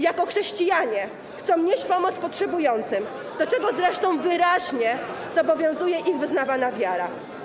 Jako chrześcijanie chcą nieść pomoc potrzebującym, do czego zresztą wyraźnie zobowiązuje ich wyznawana wiara.